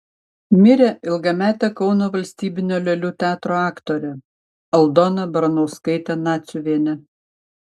mirė ilgametė kauno valstybinio lėlių teatro aktorė aldona baranauskaitė naciuvienė